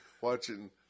watching